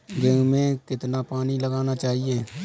गेहूँ में कितना पानी लगाना चाहिए?